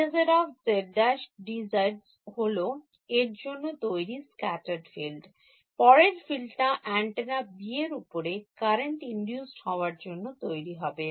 Kzz′ dz′ হল এর জন্য তৈরি Scattered Field পরের Field টা অ্যান্টেনা B র উপরে কারেন্ট induced হওয়ার জন্য তৈরি হবে